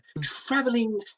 traveling